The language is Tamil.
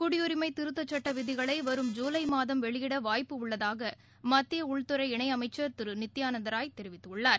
குடியுரிமை திருத்தச் சட்ட விதிகளை வரும் ஜூலை மாதம் வெளியிட வாய்ப்பு உள்ளதாக மத்திய உள்துறை இணை அமைச்சர் திரு நித்தியானந்த ராய் தெரிவித்துள்ளார்